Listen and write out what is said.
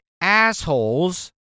assholes